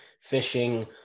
Fishing